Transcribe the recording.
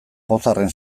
pozarren